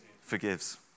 forgives